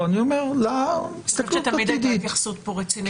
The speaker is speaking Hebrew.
ואני חושב שזה חשוב לצורך הפרוטוקול,